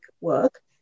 work